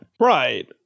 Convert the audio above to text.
Right